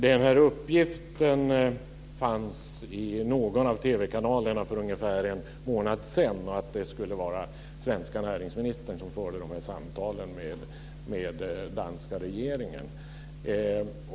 Fru talman! Det gavs i någon av TV-kanalerna för ungefär en månad sedan uppgift om att det skulle vara den svenske näringsministern som förde de här samtalen med den danska regeringen.